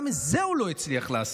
גם את זה הוא לא הצליח לעשות.